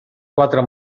quatre